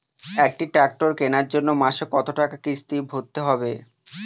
একটি ট্র্যাক্টর কেনার জন্য মাসে কত টাকা কিস্তি ভরতে হবে?